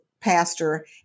Pastor